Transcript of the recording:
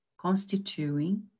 constituting